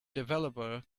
developer